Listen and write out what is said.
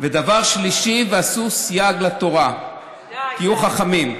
דבר שלישי: "עשו סייג לתורה" תהיו חכמים.